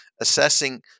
assessing